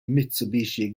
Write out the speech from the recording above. mitsubishi